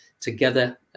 together